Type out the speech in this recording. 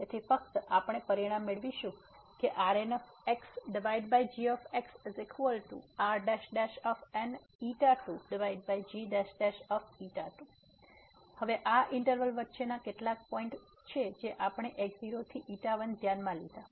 તેથી ફક્ત આપણે પરિણામ મેળવીશું કે RnxgxRn2g2 હવે આ ઈન્ટરવલ વચ્ચેના કેટલાક પોઈન્ટ કે જે આપણે x0 થી 1 ધ્યાનમાં લીધા છે